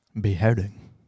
beheading